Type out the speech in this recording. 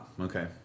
Okay